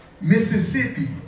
Mississippi